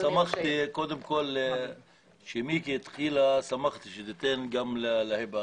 שמחתי שהיושבת ראש נתנה את רשות הדיבור